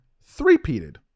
three-peated